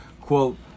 quote